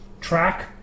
Track